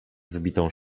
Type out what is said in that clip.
wybitą